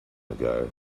ago